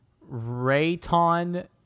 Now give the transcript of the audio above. Rayton